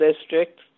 District